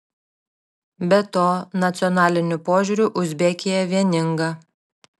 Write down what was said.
be to nacionaliniu požiūriu uzbekija vieninga